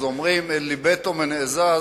אומרים: "אללי ביתו מן אל-קזאז,